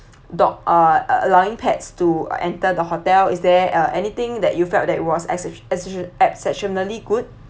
dog uh allowing pets to enter the hotel is there uh anything that you felt that it was exceptio~ exceptio~ exceptionally good